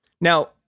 Now